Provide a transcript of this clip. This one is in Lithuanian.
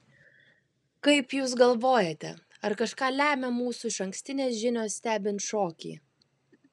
kaip jūs galvojate ar kažką lemia mūsų išankstinės žinios stebint šokį